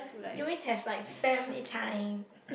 you always have like family time